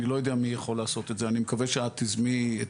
אני לא יודע מי יכול לעשות את זה ואני מקווה שאת תזמי את